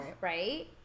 right